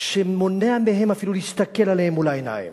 שמונע מהם אפילו להסתכל להם בעיניים